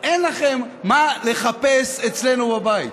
אין לכם מה לחפש אצלנו בבית.